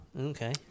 Okay